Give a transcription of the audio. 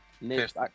Next